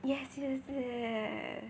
yes yes yes